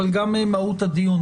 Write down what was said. אבל גם בגלל מהות הדיון,